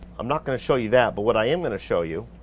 i'm not gonna show you that, but what i am gonna show you